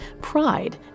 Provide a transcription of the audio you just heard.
pride